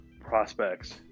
prospects